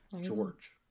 George